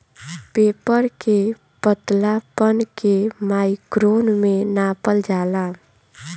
paper के पतलापन के माइक्रोन में नापल जाला